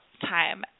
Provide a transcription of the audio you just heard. time